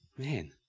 Man